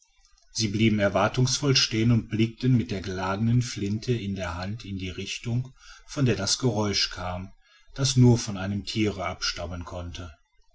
sie blieben erwartungsvoll stehen und blickten mit der geladenen flinte in der hand in die richtung von der das geräusch kam das nur von einem tiere abstammen konnte